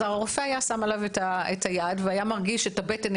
אז הרופא היה שם עליו את היד והיה מרגיש את הבטן,